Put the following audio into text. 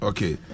Okay